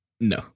No